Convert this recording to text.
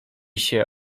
się